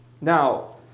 Now